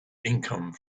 income